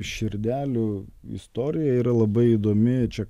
širdelių istorija yra labai įdomi čia